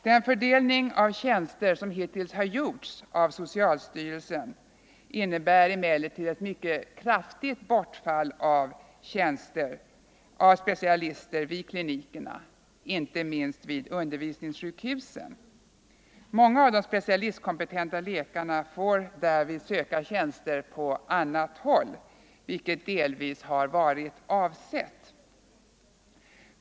Den fördelning av tjänster som hittills gjorts av socialstyrelsen innebär emellertid ett mycket kraftigt bortfall av tjänster för specialister vid klinikerna, inte minst vid undervisningssjukhusen. Många av de specialistkompetenta läkarna får därvid söka tjänster på annat håll, vilket delvis har varit avsett.